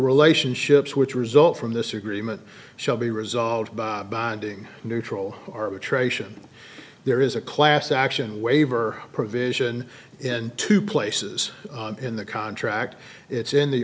relationships which result from this agreement shall be resolved by being neutral arbitration there is a class action waiver provision in two places in the contract it's in the